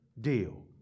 deal